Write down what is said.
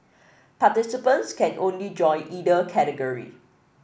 participants can only join either category